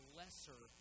lesser